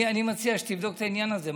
אני מציע שתבדוק את העניין הזה.